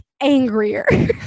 angrier